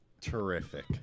Terrific